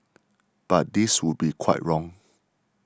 but this would be quite wrong